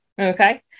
Okay